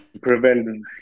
prevent